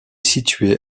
située